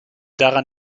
daran